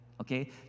okay